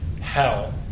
hell